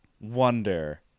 wonder